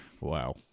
Wow